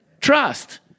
Trust